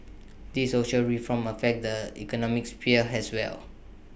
these social reforms affect the economic sphere as well